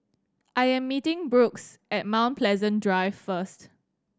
I am meeting Brooks at Mount Pleasant Drive first